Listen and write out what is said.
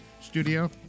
studio